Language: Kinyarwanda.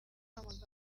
amagambo